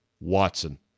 Watson